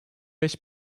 beş